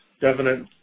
definite